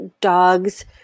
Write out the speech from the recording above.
dogs